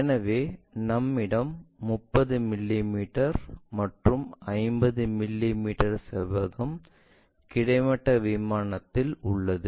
எனவே நம்மிடம் 30 மிமீ மற்றும் 50 மிமீ செவ்வகம் கிடைமட்ட விமானத்தில் உள்ளது